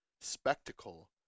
spectacle